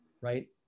right